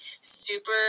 super